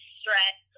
stress